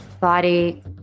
body